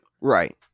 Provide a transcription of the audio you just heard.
Right